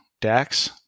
DAX